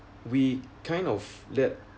we kind of let